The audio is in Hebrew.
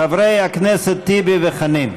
חברי הכנסת טיבי וחנין.